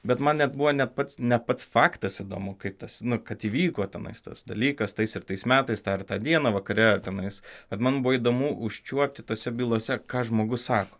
bet man net buvo net pat ne pats faktas įdomu kaip tas nu kad įvyko tenais tuos dalykas tais ir tais metais tą ir tą dieną vakare tenais bet man buvo įdomu užčiuopti tose bylose ką žmogus sako